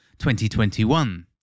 2021